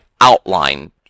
outline